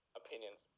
opinions